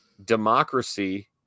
democracy